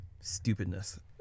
stupidness